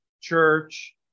church